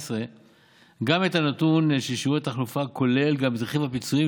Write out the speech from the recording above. גם את הנתון של שיעורי התחלופה כולל רכיב הפיצויים,